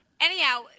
anyhow